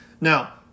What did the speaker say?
Now